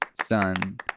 son